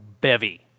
bevy